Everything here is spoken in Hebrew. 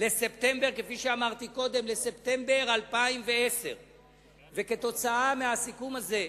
לספטמבר 2010. כתוצאה מהסיכום הזה,